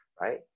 right